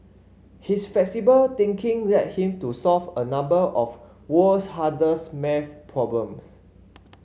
his flexible thinking led him to solve a number of the world's hardest maths problems